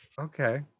okay